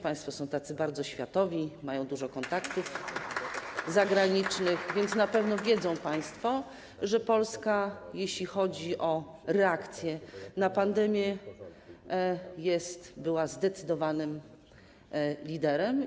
Państwo są tacy bardzo światowi, mają dużo kontaktów zagranicznych, więc na pewno wiedzą państwo, że Polska, jeśli chodzi o reakcję na pandemię, była zdecydowanym liderem.